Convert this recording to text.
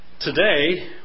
Today